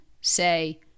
say